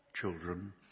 children